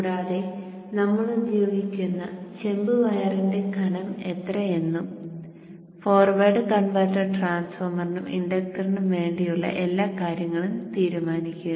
കൂടാതെ നമ്മൾ ഉപയോഗിക്കുന്ന ചെമ്പ് വയറിന്റെ കനം എത്ര എന്നും ഫോർവേഡ് കൺവെർട്ടർ ട്രാൻസ്ഫോർമറിനും ഇൻഡക്ടറിനും വേണ്ടിയുള്ള എല്ലാ കാര്യങ്ങളും തീരുമാനിക്കുക